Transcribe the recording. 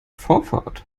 vorfahrt